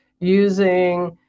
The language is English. using